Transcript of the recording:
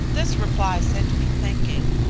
this reply set me thinking.